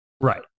Right